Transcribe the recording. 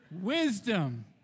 Wisdom